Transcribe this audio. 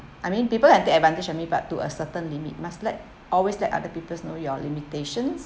I mean people have take advantage of me but to a certain limit must let always let other people you know your limitations